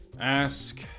Ask